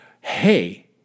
hey